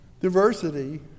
Diversity